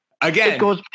again